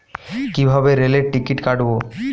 কিভাবে রেলের টিকিট কাটব?